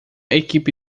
equipe